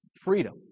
freedom